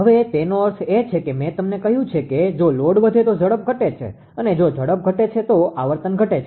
હવે તેનો અર્થ એ છે કે મે તમને કહ્યું છે કે જો લોડ વધે તો ઝડપ ઘટે છે અને જો ઝડપ ઘટે છે તો આવર્તન ઘટે છે